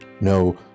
No